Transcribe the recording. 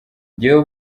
njyewe